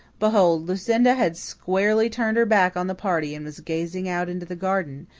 behold, lucinda had squarely turned her back on the party and was gazing out into the garden,